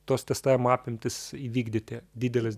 tos testavimo apimtis įvykdyti dideles